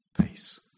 peace